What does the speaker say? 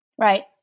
Right